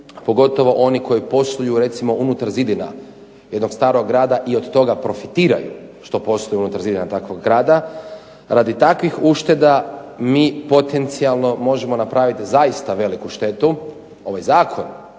pogotovo oni koji poštuju recimo unutar zidina jednog starog grada i od toga profitiraju što postoje unutar zidina takvog grada, radi takvih ušteda mi potencijalno možemo napraviti veliku štetu. Ovaj zakon